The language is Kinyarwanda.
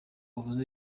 uvuze